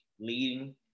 leading